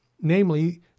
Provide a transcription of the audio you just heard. namely